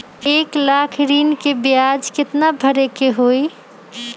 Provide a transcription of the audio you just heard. एक लाख ऋन के ब्याज केतना भरे के होई?